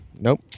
Nope